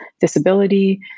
disability